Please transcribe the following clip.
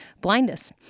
blindness